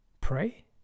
pray